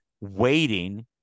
waiting